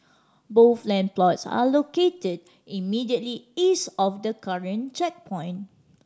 both land plots are located immediately east of the current checkpoint